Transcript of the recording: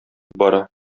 бара